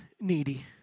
needy